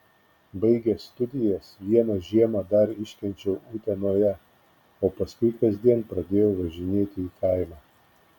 baigęs studijas vieną žiemą dar iškenčiau utenoje o paskui kasdien pradėjau važinėti į kaimą